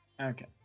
Okay